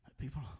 People